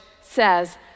says